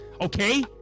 okay